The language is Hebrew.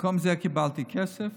ובמקום זה קיבלתי כסף